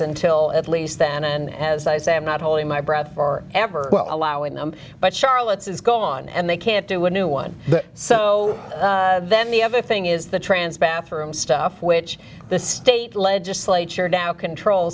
until d at least then and as i say i'm not holding d my breath for ever well allowing them but charlotte's is gone and they can't do a new one so then the other thing is the trans bathroom stuff which the state legislature now control